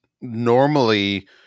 normally